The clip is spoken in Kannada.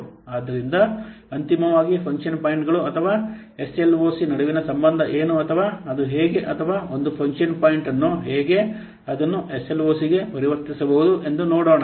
ಆದ್ದರಿಂದ ಅಂತಿಮವಾಗಿ ಫಂಕ್ಷನ್ ಪಾಯಿಂಟ್ಗಳು ಅಥವಾ ಎಸ್ಎಲ್ಒಸಿ ನಡುವಿನ ಸಂಬಂಧ ಏನು ಅಥವಾ ಅದು ಹೇಗೆ ಅಥವಾ ಒಂದು ಫಂಕ್ಷನ್ ಪಾಯಿಂಟ್ ಅನ್ನು ಹೇಗೆ ಅದನ್ನು ಎಸ್ಎಲ್ಒಸಿಗೆ ಪರಿವರ್ತಿಸಬಹುದು ಎಂದು ನೋಡೋಣ